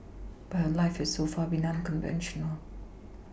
but her life has so far been unconventional